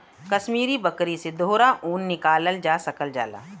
कसमीरी बकरी से दोहरा ऊन निकालल जा सकल जाला